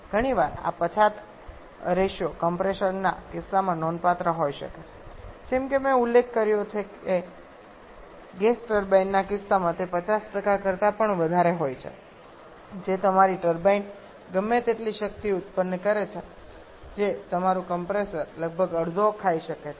ઘણી વાર આ પછાત રેશિયો કમ્પ્રેસરના કિસ્સામાં નોંધપાત્ર હોઈ શકે છે જેમ કે મેં ઉલ્લેખ કર્યો છે તેમ ગેસ ટર્બાઈન્સના કિસ્સામાં તે 50 કરતા પણ વધારે હોઈ શકે છે જે તમારી ટર્બાઈન ગમે તેટલી શક્તિ ઉત્પન્ન કરે છે જે તમારું કમ્પ્રેસર લગભગ અડધો ભાગ ખાઈ શકે છે